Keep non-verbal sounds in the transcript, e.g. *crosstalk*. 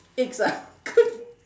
eggs ah *laughs*